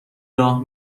راه